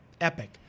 Epic